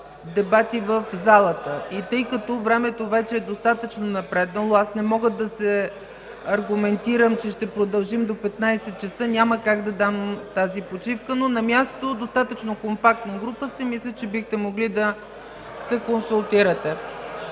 дебати в залата. И тъй като времето вече е достатъчно напреднало, аз не мога да се аргументирам, че ще продължим до 15,00 ч. Няма как да дам тази почивка, но на място – достатъчно компактна група сте, мисля, че бихте могли да се консултирате.